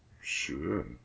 Sure